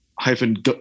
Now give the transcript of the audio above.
hyphen